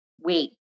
wait